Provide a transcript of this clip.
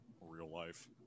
real-life